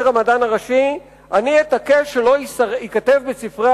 אומר המדען הראשי: אני אתעקש שלא ייכתב בספרי